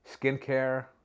skincare